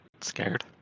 scared